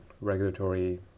regulatory